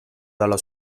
dalla